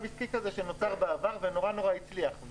עסקי כזה שנוצר בעבר ונורא נורא הצליח.